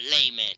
Layman